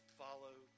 follow